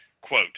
quote